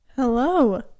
Hello